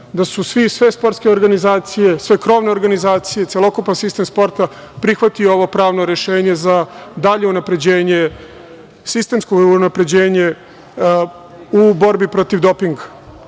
da su sve sportske organizacije, sve krovne organizacije, celokupan sistem sporta prihvatio ovo rešenje za dalje unapređenje, sistemsko unapređenje u borbi protiv dopinga. Mislim